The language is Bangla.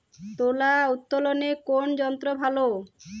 তুলা উত্তোলনে কোন যন্ত্র ভালো?